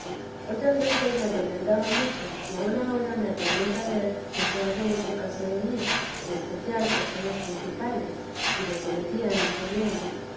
otras veces me atormentaba mucho y aun ahora me atormenta ver que se hace mucho caso de mí en especial personas principales y de que decían mucho bien